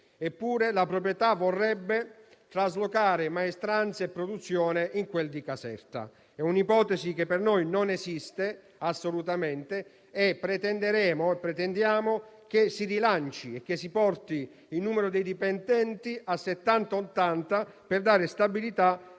Eppure, la proprietà vorrebbe traslocare maestranze e produzione in quel di Caserta. È un'ipotesi che per noi non esiste, assolutamente. Pretendiamo che si porti il numero dei dipendenti a 70-80, per dare stabilità